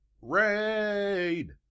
Rain